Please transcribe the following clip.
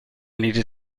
needed